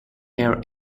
air